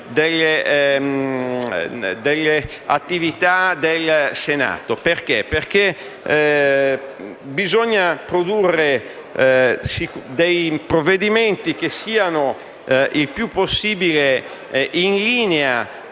delle attività del Senato. Ciò perché bisogna produrre dei provvedimenti che siano il più possibile in linea